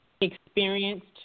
experienced